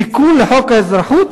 ואישרה תיקון לחוק האזרחות,